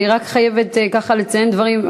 אני רק חייבת לציין דברים.